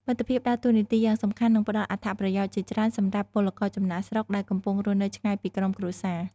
មិត្តភាពដើរតួនាទីយ៉ាងសំខាន់ និងផ្ដល់អត្ថប្រយោជន៍ជាច្រើនសម្រាប់ពលករចំណាកស្រុក ដែលកំពុងរស់នៅឆ្ងាយពីក្រុមគ្រួសារ ។